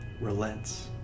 relents